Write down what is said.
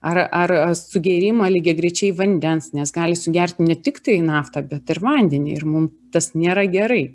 ar ar sugėrimą lygiagrečiai vandens nes gali sugerti ne tiktai naftą bet ir vandenį ir mum tas nėra gerai